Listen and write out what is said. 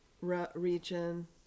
region